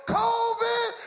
covid